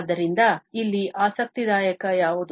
ಆದ್ದರಿಂದ ಇಲ್ಲಿ ಆಸಕ್ತಿದಾಯಕ ಯಾವುದು